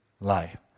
life